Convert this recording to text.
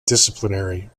disciplinary